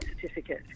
certificate